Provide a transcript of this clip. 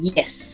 Yes